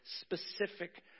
specific